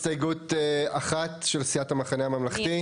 חברות התשתית בטח ובטח מתאמות עם רשות מקומית,